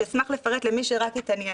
שאשמח לפרט למי שרק יתעניין.